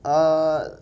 ah